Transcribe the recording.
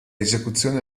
esecuzioni